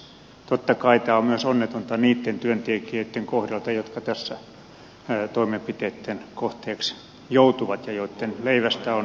totta kai tämä on myös onnetonta niitten työntekijöitten kohdalta jotka tässä toimenpiteitten kohteeksi joutuvat ja joitten leivästä on kysymys